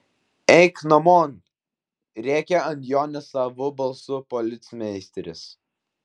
eik namon rėkia ant jo nesavu balsu policmeisteris